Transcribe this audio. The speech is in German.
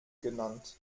genannt